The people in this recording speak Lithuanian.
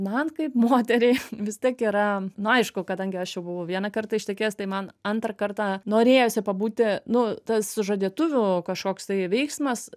man kaip moteriai vis tiek yra na aišku kadangi aš jau buvau vieną kartą ištekėjus tai man antrą kartą norėjosi pabūti nu tas sužadėtuvių kažkoks tai veiksmas